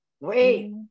Wait